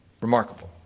Remarkable